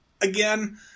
again